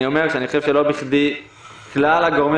אני אומר שאני חושב שלא בכדי כלל הגורמים